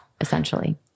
essentially